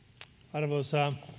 arvoisa